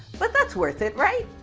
but that's worth it, right?